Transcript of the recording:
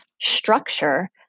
structure